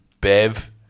Bev